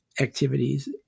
Activities